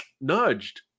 nudged